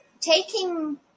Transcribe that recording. taking